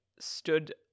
stood